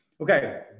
Okay